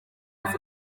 off